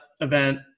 event